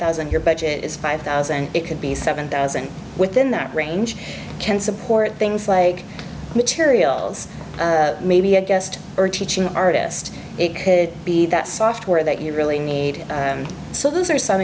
thousand your budget is five thousand and it could be seven thousand within that range can support things like materials maybe a guest or teaching artist it could be that software that you really need so those are some